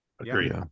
agree